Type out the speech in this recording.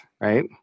right